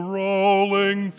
rolling